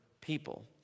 people